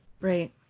Right